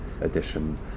edition